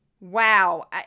wow